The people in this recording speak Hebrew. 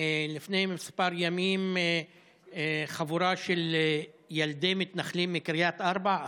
לפני כמה ימים חבורה של ילדי מתנחלים מקריית ארבע,